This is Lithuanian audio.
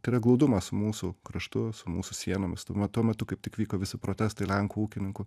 tai yra glaudumas su mūsų kraštu su mūsų sienomis tuo metu kaip tik vyko visi protestai lenkų ūkininkų